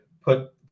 put